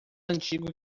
antigo